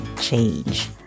change